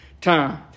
time